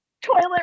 toilet